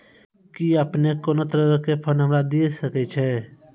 कि अपने कोनो तरहो के फंड हमरा दिये सकै छिये?